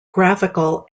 graphical